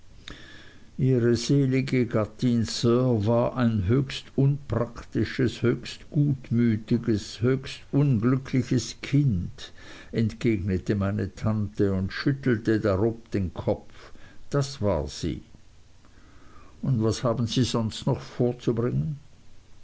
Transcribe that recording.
ihre selige gattin sir war ein höchst unpraktisches höchst gutmütiges höchst unglückliches kind entgegnete meine tante und schüttelte drohend den kopf das war sie und was haben sie noch weiter vorzubringen